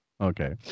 Okay